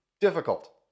difficult